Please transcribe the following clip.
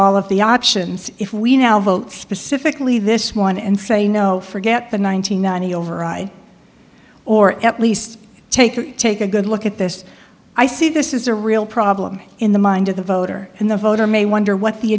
all of the options if we now vote specifically this one and say you know forget the one nine hundred ninety override or at least take take a good look at this i see this is a real problem in the mind of the voter and the voter may wonder what the